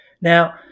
Now